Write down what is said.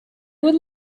would